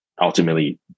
ultimately